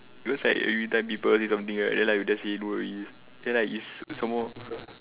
looks like every time people say something right then like we just say no worry then it's like some more